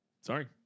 Sorry